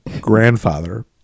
grandfather